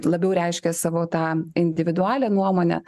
labiau reiškia savo tą individualią nuomonę